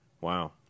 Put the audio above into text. Wow